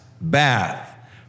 bath